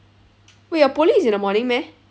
wait your polling is in the morning meh